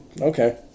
okay